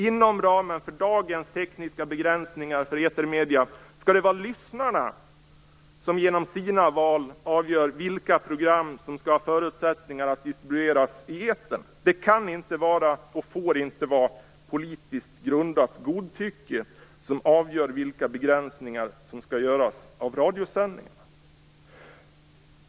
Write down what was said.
Inom ramen för dagens tekniska begränsningar för etermedierna skall det vara lyssnarna som genom sina val avgör vilka program som skall ha förutsättningar att distribueras i etern. Det kan inte vara och får inte vara politiskt grundat godtycke som avgör vilka begränsningar som skall göras av radiosändningar.